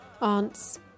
Aunts